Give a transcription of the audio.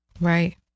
Right